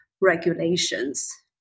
regulations